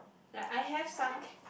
like I have some